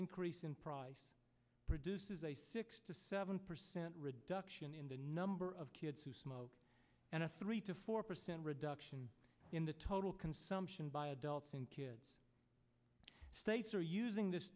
increase in price produces a six to seven percent reduction in the number of kids who smoke and a three to four percent reduction in the total consumption by adults in kids states are using this